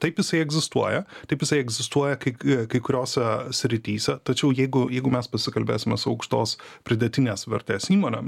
taip jisai egzistuoja taip jisai egzistuoja kai kai kuriose srityse tačiau jeigu jeigu mes pasikalbėsime aukštos pridėtinės vertės įmonėm